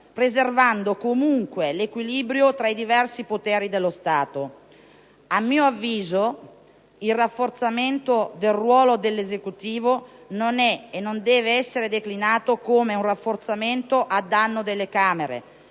preservando comunque l'equilibrio tra i diversi poteri dello Stato. A mio avviso, il rafforzamento del ruolo dell'Esecutivo non è e non deve essere declinato come un rafforzamento a danno delle Camere.